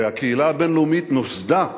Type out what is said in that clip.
הרי הקהילה הבין-לאומית נוסדה,